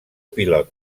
pilot